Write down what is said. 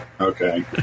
Okay